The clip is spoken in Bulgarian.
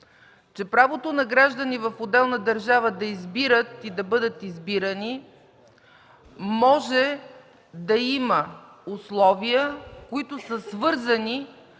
че правото на граждани в отделна държава да избират и да бъдат избирани може да има условия, които са свързани